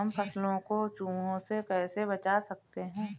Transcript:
हम फसलों को चूहों से कैसे बचा सकते हैं?